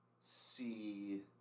see